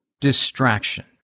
distraction